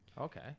Okay